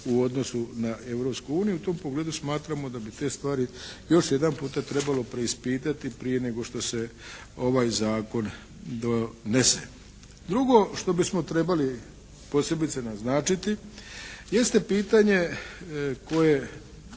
Europsku uniju. U tom pogledu smatramo da bi te stvari još jedanputa trebalo preispitati prije nego što se ovaj zakon donese. Drugo što bismo trebali posebice naznačiti jeste pitanje koje